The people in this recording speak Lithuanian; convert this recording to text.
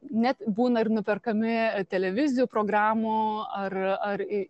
net būna ir nuperkami televizijų programų ar ar į